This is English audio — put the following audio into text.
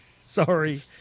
sorry